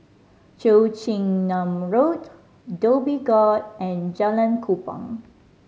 Cheong Chin Nam Road Dhoby Ghaut and Jalan Kupang